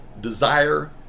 desire